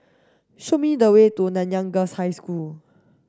show me the way to Nanyang Girls' High School